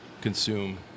consume